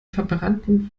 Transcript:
verbrannten